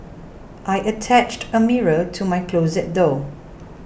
I attached a mirror to my closet door